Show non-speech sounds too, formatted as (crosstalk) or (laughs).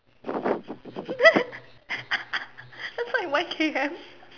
(laughs) that's like one K_M (laughs)